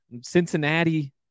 Cincinnati